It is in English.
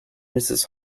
mrs